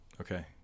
Okay